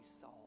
saw